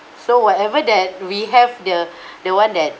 so whatever that we have the the one that